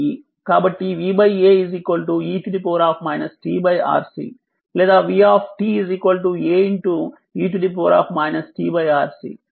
కాబట్టి v A e tRC లేదా v A e tRC